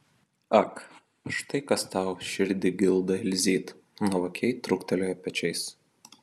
ak štai kas tau širdį gildo elzyt nuovokiai trūktelėjo pečiais